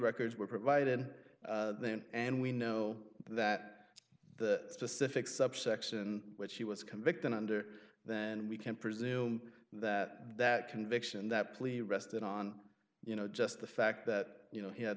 records were provided then and we know that the specific subsection which he was convicted under then we can presume that that conviction that plea rested on you know just the fact that you know he had